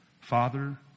Father